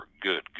good